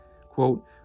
Quote